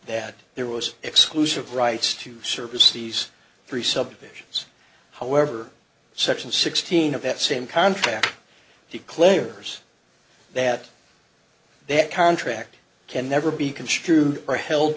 that there was exclusive rights to service these three subdivisions however section sixteen of that same contract he clears that that contract can never be construed or held